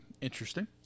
Interesting